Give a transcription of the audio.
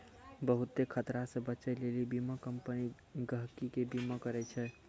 बहुते खतरा से बचै लेली बीमा कम्पनी गहकि के बीमा करै छै